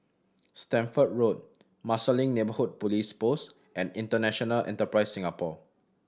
Stamford Road Marsiling Neighbourhood Police Post and International Enterprise Singapore